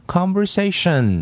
conversation